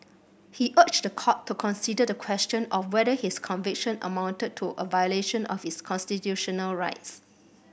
he urged the court to consider the question of whether his conviction amounted to a violation of his constitutional rights